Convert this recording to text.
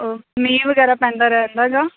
ਮੀਂਹ ਵਗੈਰਾ ਪੈਂਦਾ ਰਹਿੰਦਾ ਗਾ